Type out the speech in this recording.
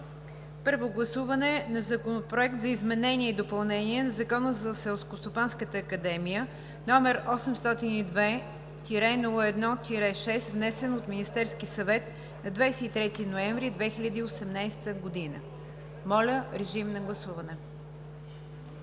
първо гласуване на Законопроект за изменение и допълнение на Закона за Селскостопанската академия, № 802-01-6, внесен от Министерския съвет на 23 ноември 2018 г. Моля, гласувайте.